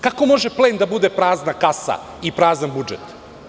Kako može plen da bude prazna kasa i prazan budžet?